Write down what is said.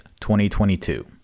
2022